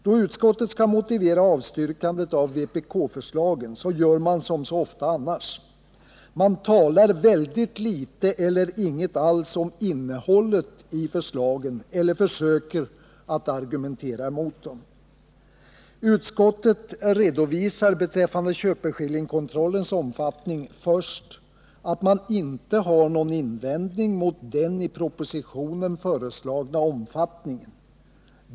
Då utskottet skall motivera avstyrkandet av vpk-förslagen gör man som så ofta annars: man talar väldigt litet eller inget alls om innehållet i förslagen eller försöker att argumentera mot dem. Utskottet redovisar beträffande köpeskillingskontrollens omfatt ning först att man inte har någon invändning mot den i propositionen Nr 60 föreslagna omfattningen.